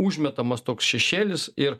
užmetamas toks šešėlis ir